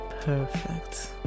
perfect